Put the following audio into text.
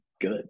good